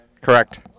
Correct